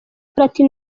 platini